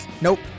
Nope